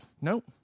Nope